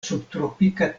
subtropika